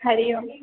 हरिः ओम्